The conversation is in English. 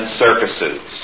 circuses